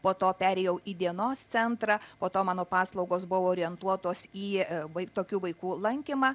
po to perėjau į dienos centrą po to mano paslaugos buvo orientuotos į vai tokių vaikų lankymą